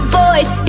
voice